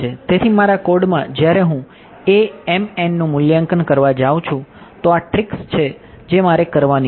તેથી મારા કોડમાં જ્યારે હું નું મૂલ્યાંકન કરવા જાઉં છું તો આ ટ્રિક્સ છે જે મારે કરવાની છે